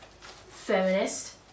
feminist